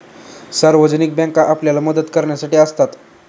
सार्वजनिक बँका आपल्याला मदत करण्यासाठी असतात